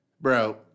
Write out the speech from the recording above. bro